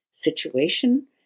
Situation